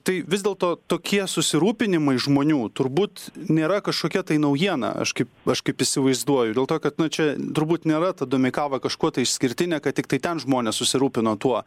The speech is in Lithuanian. tai vis dėlto tokie susirūpinimai žmonių turbūt nėra kažkokia tai naujiena aš kaip aš kaip įsivaizduoju dėl to kad na čia turbūt nėra ta domeikava kažkuo tai išskirtinė kad tiktai ten žmonės susirūpino tuo